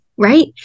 right